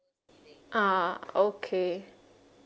ah okay